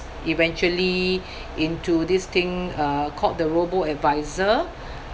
eventually into this thing uh called the robo-adviser